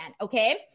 Okay